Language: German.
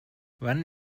wann